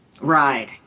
Right